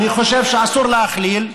אני חושב שאסור להכליל,